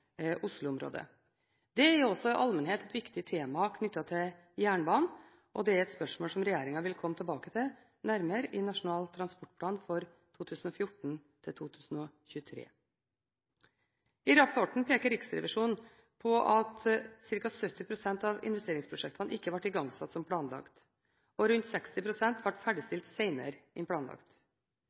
er jo også i allmennhet et viktig tema knyttet til jernbanen, og det er et spørsmål som regjeringen vil komme nærmere tilbake til i Nasjonal transportplan for 2014–2023. I rapporten peker Riksrevisjonen på at ca. 70 pst. av investeringsprosjektene ikke ble igangsatt som planlagt. Og rundt 60 pst. ble ferdigstilt senere enn planlagt.